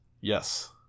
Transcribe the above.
Yes